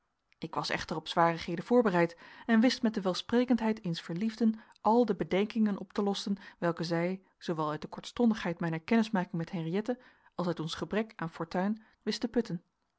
ik was echter op zwarigheden voorbereid en wist met de welsprekendheid eens verliefden al de bedenkingen op te lossen welke zij zoowel uit de kortstondigheid mijner kennismaking met henriëtte als uit ons gebrek aan fortuin wist te putten